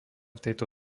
tejto